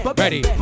ready